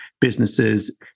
businesses